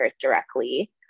directly